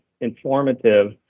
informative